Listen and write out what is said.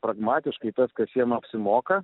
pragmatiškai tas kas jiem apsimoka